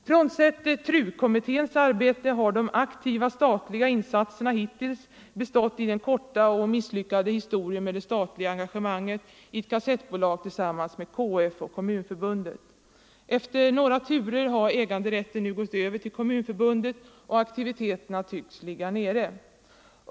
Frånsett TRU-kommitténs arbete har de aktiva statliga insatserna hit tills bestått i den korta och misslyckade historien med det statliga engagemanget i ett kassettbolag tillsammans med KF och Kommunförbundet. Efter några turer har äganderätten nu gått över till Kommunförbundet, och aktiviteterna tycks ligga nere.